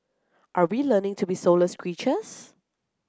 are we learning to be soulless creatures